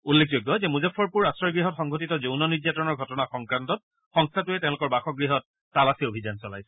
উল্লেখযোগ্য যে মুজাফফৰপুৰৰ আশ্ৰয়গৃহত সংঘটিত যৌন নিৰ্যাতনৰ ঘটনা সংক্ৰান্তত সংস্থাটোৱে তেওঁলোকৰ বাসগৃহত তালাচী অভিযান চলাইছিল